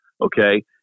okay